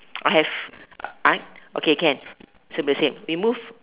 I have I okay can same the same we move